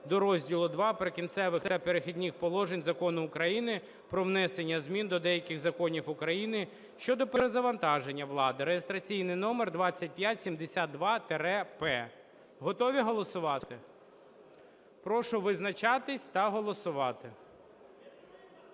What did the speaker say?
до Розділу ІІ "Прикінцеві та перехідні положення" Закону України "Про внесення змін до деяких законів України щодо перезавантаження влади" (реєстраційний номер 2572-П). Готові голосувати? Прошу визначатись та голосувати.